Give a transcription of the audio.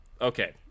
okay